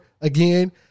again